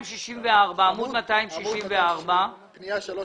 פנייה מספר